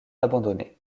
abandonner